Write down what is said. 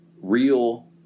real